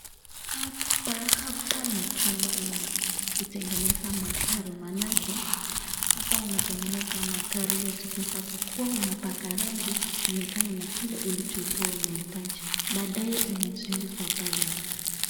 Hapa ni chumba la kutengeneza magari maanake hapa unatengeneza magari ijapokuwa unapaka rangi kulingana na kile ulichokuwa unahitaji, baadaye unaziuza pale.